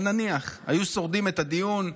אבל נניח, היו שורדים את הדיון,